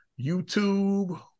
YouTube